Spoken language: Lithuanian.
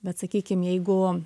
bet sakykim jeigu